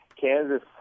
Kansas